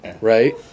right